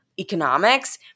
economics